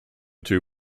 two